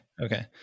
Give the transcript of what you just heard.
Okay